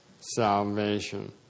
salvation